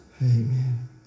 Amen